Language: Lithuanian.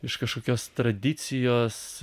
iš kažkokios tradicijos